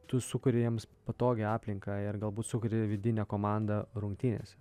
tu sukuri jiems patogią aplinką ir galbūt sukuri vidinę komandą rungtynėse